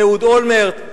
אהוד אולמרט.